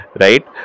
right